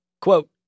quote